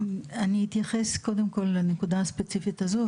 אני אתייחס קודם כל לנקודה הספציפית הזו.